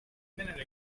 minute